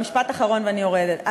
משפט אחרון ואני יורדת,